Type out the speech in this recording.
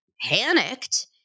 panicked